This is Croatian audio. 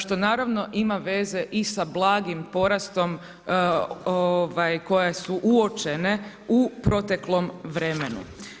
Što naravno ima veze i sa blagim porastom koje su uočene u proteklom vremenu.